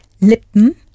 Lippen